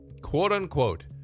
quote-unquote